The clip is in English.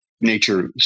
nature